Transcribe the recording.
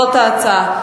זאת ההצעה.